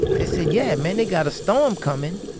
they said, yeah, man. they got a storm coming,